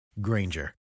Granger